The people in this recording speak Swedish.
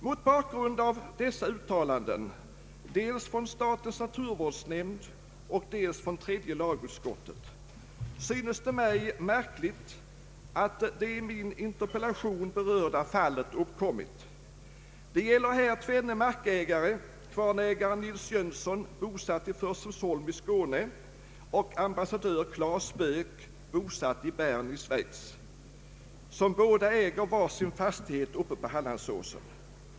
Mot bakgrund av dessa uttalanden, dels från statens naturvårdsnämnd, mig märkligt att det i min interpellation berörda fallet uppkommit. Det gäller här tvenne markägare, kvarnägare Nils Jönsson, bosatt i Förslövsholm i Skåne, och ambassadör Klas Böök, bosatt i Bern i Schweiz, som båda äger var sin fastighet uppe på Hallandsåsen.